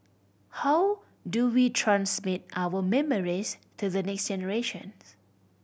how do we transmit our memories to the next generation